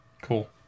Cool